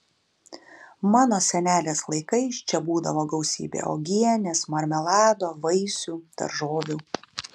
mano senelės laikais čia būdavo gausybė uogienės marmelado vaisių daržovių